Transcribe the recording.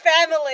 family